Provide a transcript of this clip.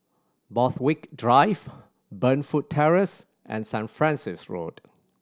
Borthwick Drive Burnfoot Terrace and Saint Francis Road